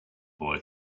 boy